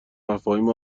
مفاهیم